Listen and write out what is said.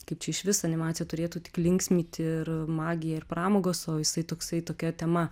kaip čia išvis animacija turėtų tik linksmyt ir magija ir pramogos o jisai toksai tokia tema